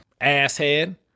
asshead